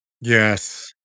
Yes